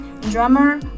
drummer